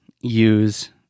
use